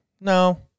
no